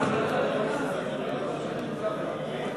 לשר לשירותי דת נתקבלה.